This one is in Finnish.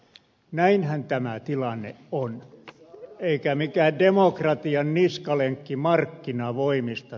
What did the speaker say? näinhän tämä tilanne on eikä mikään demokratian niskalenkki markkinavoimista